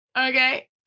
Okay